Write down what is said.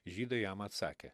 žydai jam atsakė